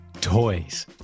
Toys